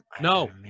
No